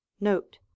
note